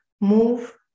move